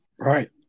Right